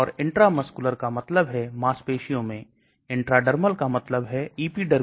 इसलिए वे शरीर के अंदर इस विशेष बॉन्ड को तोड़ सकते हैं इसको prodrug कहते हैं